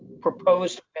proposed